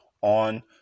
on